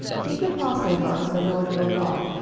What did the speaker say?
keep the passover unto the lord your god,